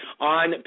on